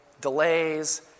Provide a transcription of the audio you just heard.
delays